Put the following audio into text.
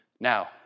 Now